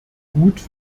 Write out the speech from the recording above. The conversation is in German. gut